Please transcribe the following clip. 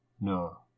No